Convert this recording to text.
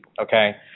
Okay